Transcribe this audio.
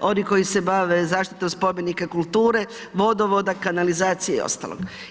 oni koji se bave zaštitom spomenika kulture, vodovoda, kanalizacije i ostalog.